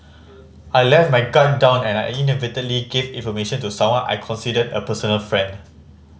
I let my guard down and inadvertently gave information to someone I considered a personal friend